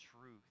truth